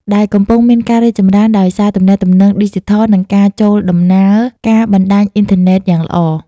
ដែលកំពុងមានការរីកចម្រើនដោយសារទំនាក់ទំនងឌីជីថល និងការចូលដំណើរការបណ្តាញអុីនធឺណេតយ៉ាងល្អ។